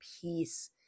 peace